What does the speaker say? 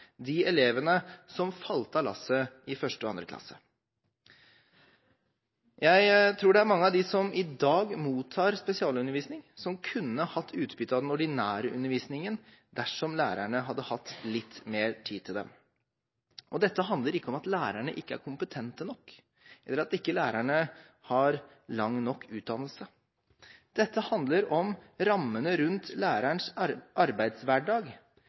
de elevene som falt av lasset i første og andre klasse. Jeg tror det er mange av dem som i dag mottar spesialundervisning, som kunne hatt utbytte av den ordinære undervisningen, dersom lærerne hadde hatt litt mer tid til dem. Dette handler ikke om at lærerne ikke er kompetente nok eller at lærerne ikke har lang nok utdannelse. Dette handler om rammene rundt lærernes arbeidshverdag,